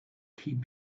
keep